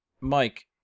Mike